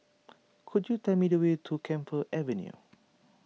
could you tell me the way to Camphor Avenue